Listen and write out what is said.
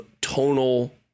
tonal